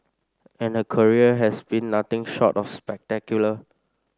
and her career has been nothing short of spectacular